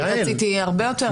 אני רציתי הרבה יותר.